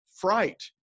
fright